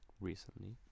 recently